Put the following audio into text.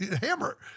hammer